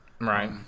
Right